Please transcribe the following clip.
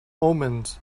omens